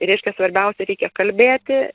reiškia svarbiausia reikia kalbėti